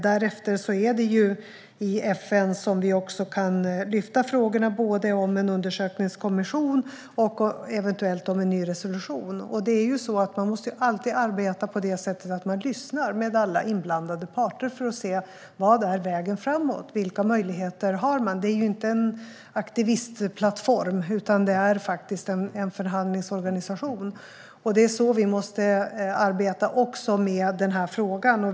Därutöver är det i FN som vi kan lyfta upp frågor rörande en undersökningskommission och eventuellt en ny resolution. Man måste alltid arbeta på det sättet att man lyssnar på alla inblandade parter för att se vad som är vägen framåt och vilka möjligheter man har. Det är inte en aktivistplattform, utan det är faktiskt en förhandlingsorganisation. Det är så vi måste arbeta också med denna fråga.